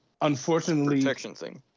Unfortunately